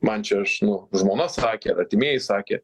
man čia aš nu žmona sakė ar artimieji sakė